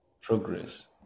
Progress